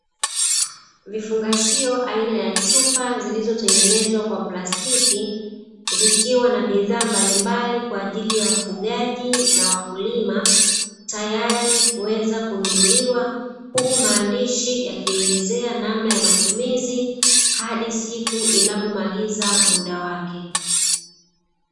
Vifungashio aina ya chupa zilizotengenezwa kwa plastiki zikiwa na bidhaa mbalimbali kwa ajili ya wafugaji na wakulima, tayari kuweka kununuliwa huku maandishi yakielezea namna ya matumizi hadi siku inapomaliza muda wake.